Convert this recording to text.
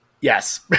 Yes